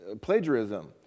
plagiarism